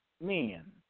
men